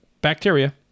bacteria